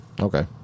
Okay